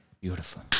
Beautiful